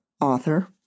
author